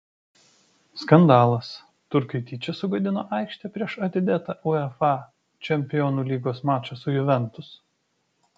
skandalas turkai tyčia sugadino aikštę prieš atidėtą uefa čempionų lygos mačą su juventus